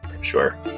sure